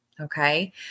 Okay